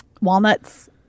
walnuts